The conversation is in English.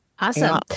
Awesome